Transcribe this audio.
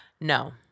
no